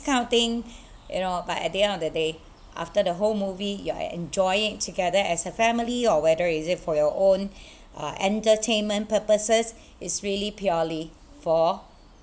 kind of thing you know but at the end of the day after the whole movie you're enjoying it together as a family or whether is it for your own uh entertainment purposes it's really purely for